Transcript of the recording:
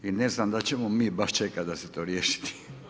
I ne znam da ćemo mi baš čekati da se to riješi.